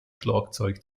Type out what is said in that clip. schlagzeug